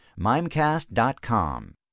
Mimecast.com